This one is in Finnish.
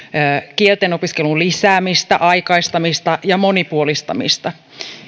kielten opiskelun lisäämistä aikaistamista ja monipuolistamista